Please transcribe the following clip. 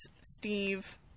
Steve